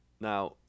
now